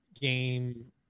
game